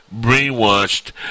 Brainwashed